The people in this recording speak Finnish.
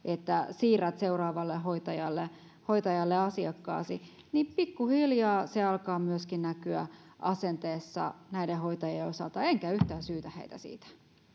siirrät seuraavalle hoitajalle hoitajalle asiakkaasi niin pikkuhiljaa se alkaa myöskin näkyä asenteessa näiden hoitajien osalta enkä yhtään syytä heitä siitä